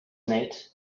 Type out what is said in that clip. nate